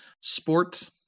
sport